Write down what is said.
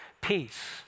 peace